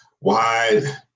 Wide